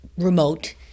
remote